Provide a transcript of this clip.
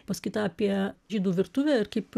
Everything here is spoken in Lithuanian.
paskaita apie žydų virtuvę ir kaip